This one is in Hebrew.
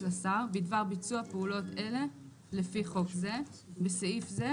לשר בדבר ביצוע פעולות אלה לפי חוק זה (בסעיף זה,